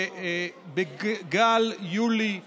שבגל יולי הנוכחי,